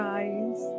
eyes